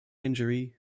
injury